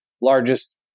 largest